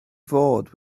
fod